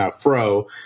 fro